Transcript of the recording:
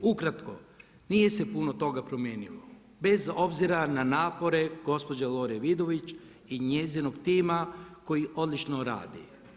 Ukratko, nije se puno toga promijenilo bez obzira na napore gospođe Lore Vidović i njezinog tima koji odlično rade.